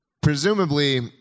Presumably